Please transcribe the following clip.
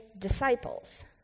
disciples